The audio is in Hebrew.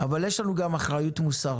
אבל יש לנו גם אחריות מוסרית.